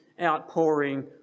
outpouring